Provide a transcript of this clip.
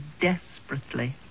desperately